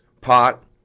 pot